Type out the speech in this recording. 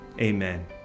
Amen